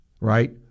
Right